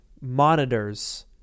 monitors